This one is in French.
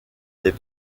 des